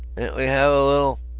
ant we have a little?